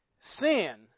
Sin